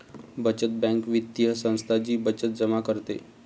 बचत बँक वित्तीय संस्था जी बचत जमा करते